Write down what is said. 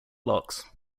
locks